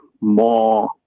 more